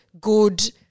good